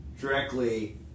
directly